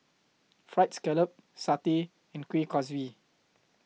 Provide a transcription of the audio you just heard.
Fried Scallop Satay and Kuih Kaswi